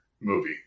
movie